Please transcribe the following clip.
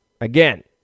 Again